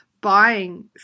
buying